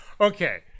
Okay